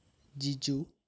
Jiju